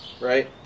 right